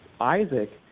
Isaac